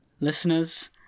Listeners